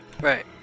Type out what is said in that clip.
right